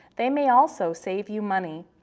they may also save you money.